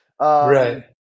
Right